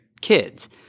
kids